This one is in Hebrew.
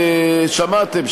שמעתם,